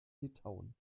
litauen